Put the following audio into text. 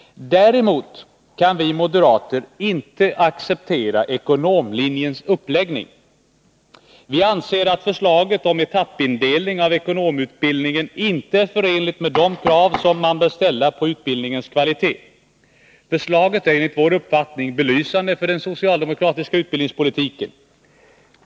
Däremot kan vi inte acceptera förslaget om ekonomlinjens uppläggning. Vi anser att en etappindelning av ekonomutbildningen inte är förenlig med de krav man bör ställa på utbildningens kvalitet. Förslaget är enligt vår uppfattning belysande för den socialdemokratiska utbildningspolitiken.